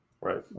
right